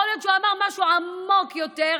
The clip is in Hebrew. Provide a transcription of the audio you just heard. יכול להיות שהוא אמר משהו עמוק יותר,